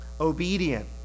obedient